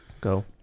Go